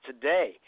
today